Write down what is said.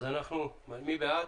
מי בעד?